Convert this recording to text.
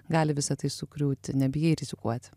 gali visa tai sugriūti nebijai rizikuoti